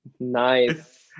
Nice